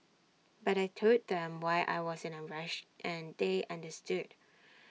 but I Told them why I was in A rush and they understood